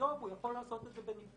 היום הוא יכול לעשות את זה בנפרד.